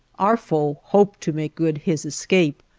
our foe hoped to make good his escape,